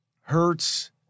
Hurts